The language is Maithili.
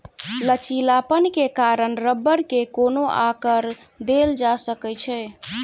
लचीलापन के कारण रबड़ के कोनो आकर देल जा सकै छै